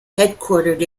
headquartered